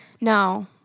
No